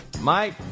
Mike